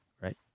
right